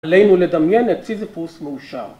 עלינו לדמיין את סיזיפוס מאושר